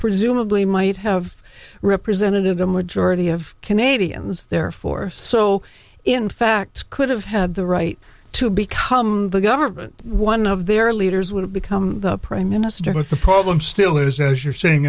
presumably might have representative them would jordi of canadians therefore so in fact could have had the right to become the government one of their leaders would have become the prime minister but the problem still is as you're saying